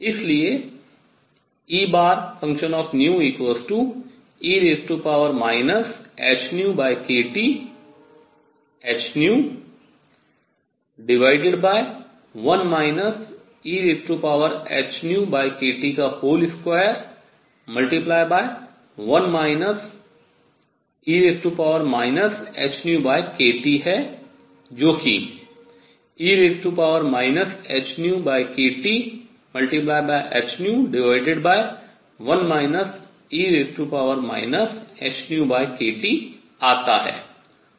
इसलिए Ee hνkThν 1 e hνkT21 e hνkT जो कि e hνkThν 1 e hνkT आता है